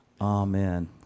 Amen